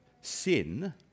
sin